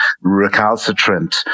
recalcitrant